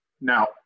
Now